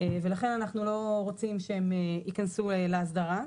ולכן אנחנו לא רוצים שהם יכנסו לאסדרה.